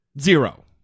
Zero